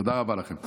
תודה רבה לכם.